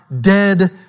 dead